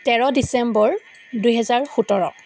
তেৰ ডিচেম্বৰ দুহেজাৰ সোতৰ